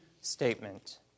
statement